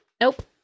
nope